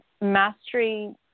mastery